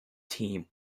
team